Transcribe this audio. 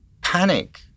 panic